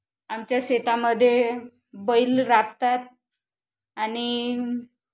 आमच्या शेतामध्ये बैल राबतात आणि